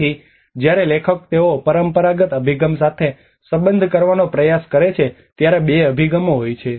તેથી જ્યારે લેખકો તેઓ પરંપરાગત અભિગમ સાથે સંબંધ કરવાનો પ્રયાસ કરે છે ત્યારે બે અભિગમો હોય છે